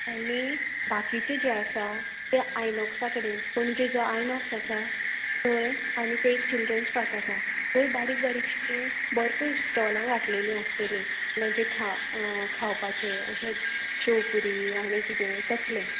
आनी बाकीचे जे आसा आयनॉक्सा कडेन पणजे जो आयनॉक्स आसा थंय आनी तें एक चिल्ड्रनस पार्क आसा थंय बारीक बारीकशी भरपूर स्टॉला घातलेली आसतली म्हळ्यार खा खावपाचे अशें शेवपूरी आनी किदें तसले